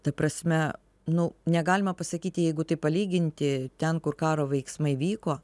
ta prasme nu negalima pasakyti jeigu taip palyginti ten kur karo veiksmai vyko